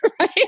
right